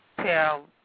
tell